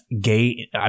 gay